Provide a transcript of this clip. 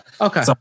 okay